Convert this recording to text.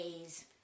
days